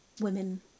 women